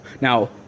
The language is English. Now